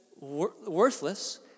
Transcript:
worthless